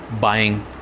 buying